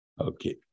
Okay